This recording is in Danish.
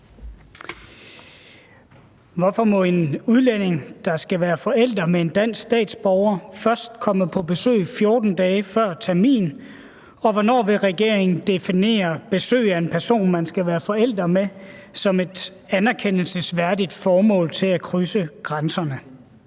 Hvorfor må en udlænding, der skal være forælder med en dansk statsborger, først komme på besøg 14 dage før termin, og hvornår vil regeringen definere besøg af en person, man skal være forældre med, som et anerkendelsesværdigt formål til at krydse grænserne?